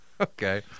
okay